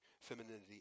femininity